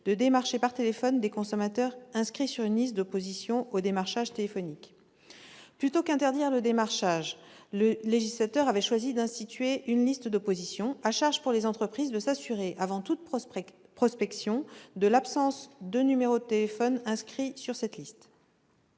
de démarcher par téléphone des consommateurs inscrits sur une liste d'opposition au démarchage téléphonique. Plutôt qu'interdire le démarchage, le législateur avait choisi d'instituer une liste d'opposition, à charge pour les entreprises de s'assurer, avant toute prospection, de l'absence de numéros de téléphone inscrits sur cette liste.